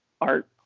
art